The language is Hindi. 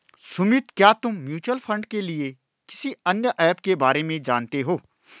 सुमित, क्या तुम म्यूचुअल फंड के लिए किसी अन्य ऐप के बारे में जानते हो?